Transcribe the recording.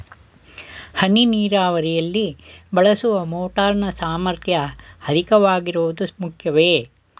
ಹನಿ ನೀರಾವರಿಯಲ್ಲಿ ಬಳಸುವ ಮೋಟಾರ್ ನ ಸಾಮರ್ಥ್ಯ ಅಧಿಕವಾಗಿರುವುದು ಮುಖ್ಯವೇ?